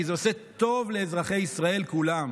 כי זה עושה טוב לאזרחי ישראל כולם.